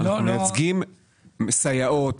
אנחנו מייצגים סייעות,